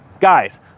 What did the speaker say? guys